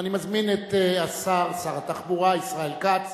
ואני מזמין את שר התחבורה ישראל כץ